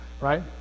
right